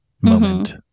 moment